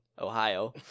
Ohio